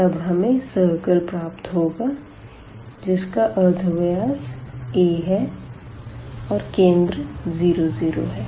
तब हमें सर्किल प्राप्त होगा जिसका अर्धव्यास a है और केंद्र 0 0 है